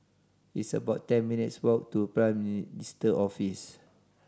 it's about ten minutes' walk to Prime Minister's Office